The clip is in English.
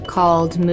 Called